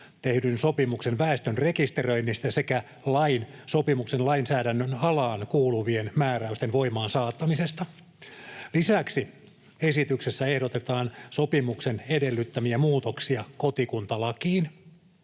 tehdyn sopimuksen väestön rekisteröinnistä sekä lain sopimuksen lainsäädännön alaan kuuluvien määräysten voimaansaattamisesta. Lisäksi esityksessä ehdotetaan sopimuksen edellyttämiä muutoksia kotikuntalakiin.